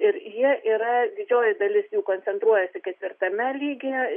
ir jie yra didžioji dalis jų koncentruojasi ketvirtame lygyje